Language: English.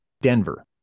Denver